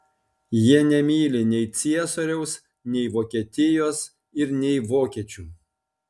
jie nemyli nei ciesoriaus nei vokietijos ir nei vokiečių